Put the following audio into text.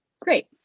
Great